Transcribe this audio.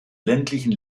ländlichen